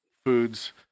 foods